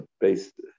based